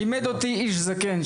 לימד אותי איש זקן,